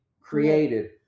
created